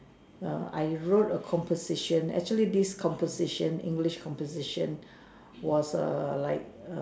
err I wrote a composition actually this composition English composition was a like a